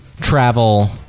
travel